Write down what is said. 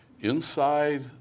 Inside